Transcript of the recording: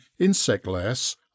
insectless